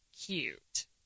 cute